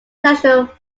national